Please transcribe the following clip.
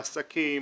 לעסקים,